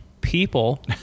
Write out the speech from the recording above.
people